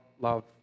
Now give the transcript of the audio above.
love